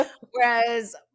Whereas